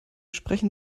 sprechen